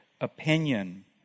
opinion